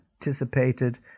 anticipated